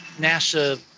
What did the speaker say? NASA